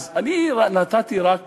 אז, אני נתתי רק